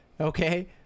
Okay